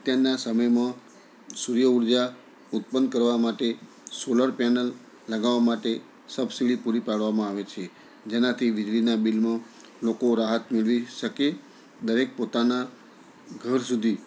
અત્યારના સમયમાં સૂર્ય ઉર્જા ઉત્પન્ન કરવા માટે સોલર પેનલ લગાવવા માટે સબસીડી પૂરી પાડવામાં આવે છે જેનાથી વીજળીના બિલનું લોકો રાહત મેળવી શકે દરેક પોતાના ઘર સુધી